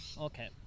Okay